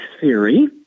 theory—